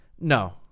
No